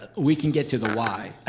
ah we can get to the why.